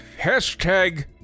Hashtag